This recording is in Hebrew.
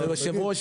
היושב ראש,